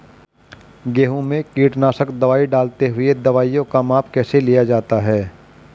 गेहूँ में कीटनाशक दवाई डालते हुऐ दवाईयों का माप कैसे लिया जाता है?